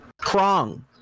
Krong